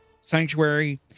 Sanctuary